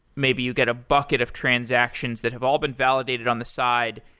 maybe you get a bucket of transactions that have all been validated on the side,